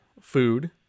food